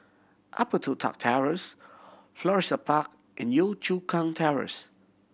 Upper Toh Tuck Terrace Florissa Park and Yio Chu Kang Terrace